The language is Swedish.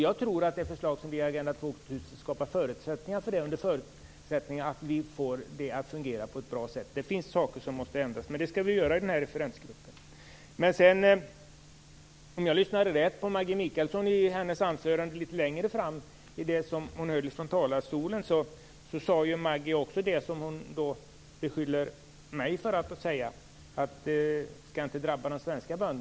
Jag tror att framlagda förslag i Agenda 2000 skapar förutsättningar för det om vi bara får det att fungera på ett bra sätt. Det finns ju saker som måste ändras. Vi i referensgruppen skall se till att det görs. Om jag hörde rätt sade Maggi Mikaelsson litet senare i sitt anförande här från talarstolen samma sak som hon beskyller mig för att säga, nämligen att de svenska bönderna inte skall drabbas.